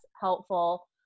helpful